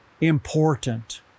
important